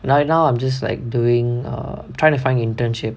right now I'm just like doing err trying to find internship